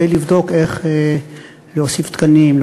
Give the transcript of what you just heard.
כדי לבדוק איך להוסיף תקנים,